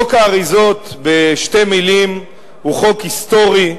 חוק האריזות הוא בשתי מלים חוק היסטורי,